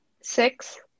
Six